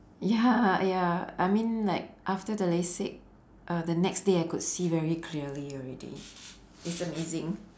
ya ya I mean like after the lasik uh the next day I could see very clearly already it's amazing